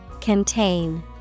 Contain